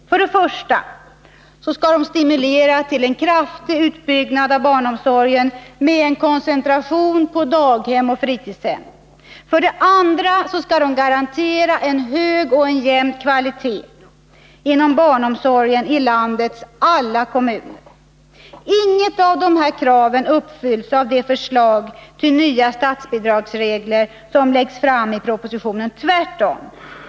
För det första skall de stimulera till en kraftig utbyggnad av barnomsorgen med koncentration på daghem och fritidshem. För det andra skall de garantera en hög och jämn kvalitet inom barnomsorgen i landets alla kommuner. Inget av dessa krav uppfylls av det förslag till nya statsbidragsregler som läggs fram i propositionen — tvärtom.